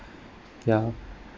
ya